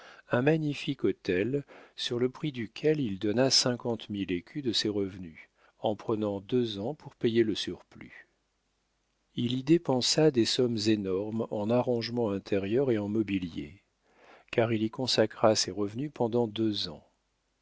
un magnifique hôtel sur le prix duquel il donna cinquante mille écus de ses revenus en prenant deux ans pour payer le surplus il y dépensa des sommes énormes en arrangements intérieurs et en mobilier car il y consacra ses revenus pendant deux ans